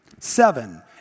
Seven